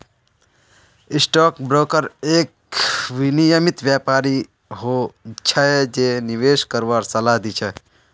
stock broker एक विनियमित व्यापारी हो छै जे निवेश करवार सलाह दी छै